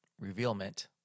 revealment